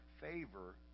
favor